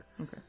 Okay